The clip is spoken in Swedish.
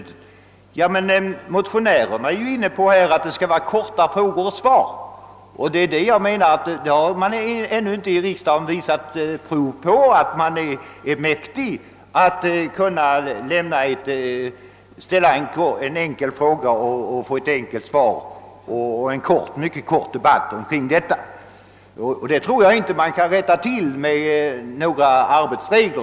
Motionären herr Ullsten var inne på att det skulle vara korta frågor och svar, men man har ännu inte i riksdagen visat prov på att man är mäktig att ställa en enkel fråga, få ett enkelt svar och föra en mycket kort debatt omkring detta. Det tror jag inte att man kan rätta till med några arbetsregler.